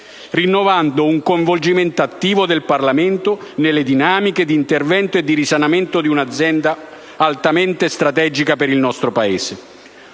rinnovando un coinvolgimento attivo del Parlamento nelle dinamiche di intervento di risanamento di un'azienda altamente strategica per il nostro Paese.